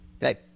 Hey